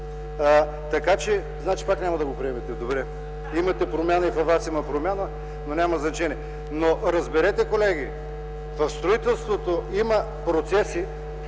напредък. Значи пак няма да го приемете, добре. И във Вас има промяна, но няма значение. Разберете, колеги, в строителството има процеси,